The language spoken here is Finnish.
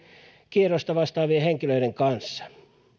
kierrosta vastaavien henkilöiden kanssa